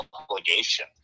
obligation